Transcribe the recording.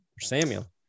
Samuel